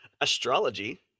Astrology